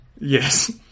Yes